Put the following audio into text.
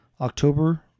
October